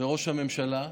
וראש הממשלה,